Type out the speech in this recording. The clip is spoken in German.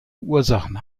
ursachen